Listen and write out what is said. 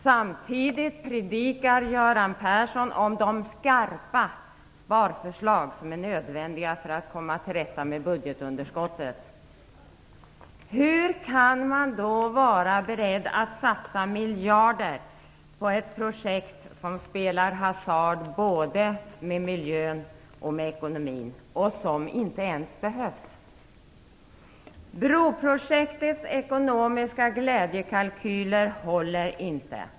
Samtidigt predikar Göran Persson om de skarpa sparförslag som är nödvändiga för att komma till rätta med budgetunderskottet. Hur kan man då vara beredd att satsa miljarder på ett projekt som innebär att man spelar hasard både om miljön och om ekonomin och som inte ens behövs? Broprojektets ekonomiska glädjekalkyler håller inte.